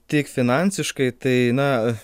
tik finansiškai tai na